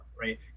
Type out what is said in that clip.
right